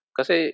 Kasi